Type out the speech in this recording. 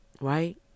Right